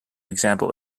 example